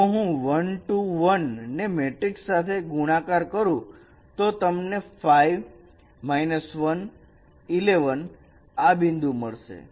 તો જો હું 1 2 1 ને આ મેટ્રિક સાથે ગુણાકાર કરો તો તમને 5 1 11 આ બિંદુ મળશે